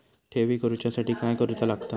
ठेवी करूच्या साठी काय करूचा लागता?